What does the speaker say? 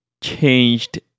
changed